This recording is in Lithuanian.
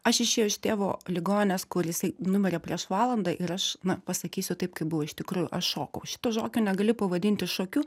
aš išėjau iš tėvo ligoninės kuris jisai numirė prieš valandą ir aš na pasakysiu taip kaip buvo iš tikrųjų aš šokau šito žokio negali pavadinti šokiu